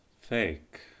fake